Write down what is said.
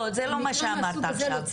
לא, זה לא מה שאמרת עכשיו.